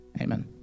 Amen